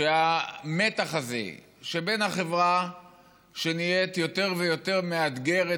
המתח הזה שבין החברה שיותר ויותר מאתגרת